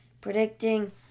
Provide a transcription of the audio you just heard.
Predicting